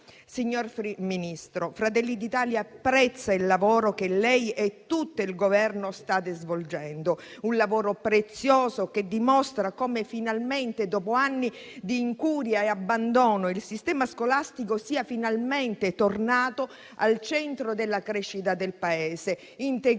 Signor Ministro, Fratelli d'Italia apprezza il lavoro che lei e tutto il Governo state svolgendo: un lavoro prezioso che dimostra come finalmente, dopo anni di incuria e abbandono, il sistema scolastico sia finalmente tornato al centro della crescita del Paese, integrato